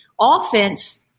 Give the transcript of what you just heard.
offense